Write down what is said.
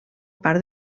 part